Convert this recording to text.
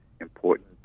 important